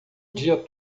dia